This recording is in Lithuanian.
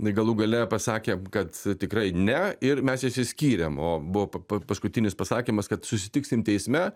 galų gale pasakė kad tikrai ne ir mes išsiskyrėm o buvo paskutinis pasakymas kad susitiksim teisme